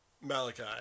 Malachi